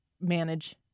manage